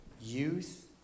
youth